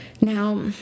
Now